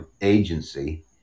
agency